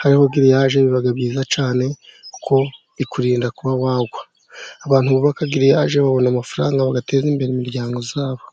hariho giriyaje biba byiza cyane, kuko ikurinda kuba wagwa. Abantu bubaka giriyaje babona amafaranga, bagateza imbere imiryango yabo.